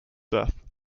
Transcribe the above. death